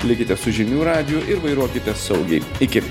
likite su žinių radiju ir vairuokite saugiai iki